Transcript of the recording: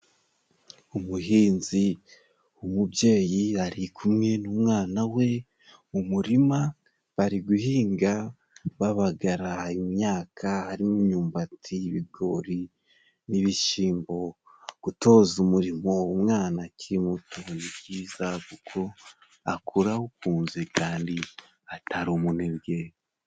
Umuhinzi, umubyeyi ari kumwe n'umwana we mu murima bari guhinga babagara imyaka harimo imyumbati, ibigori n'ibishimbo, gutoza umurimo umwana akiri muto ni byiza kuko akura awukunze kandi atari umunebwe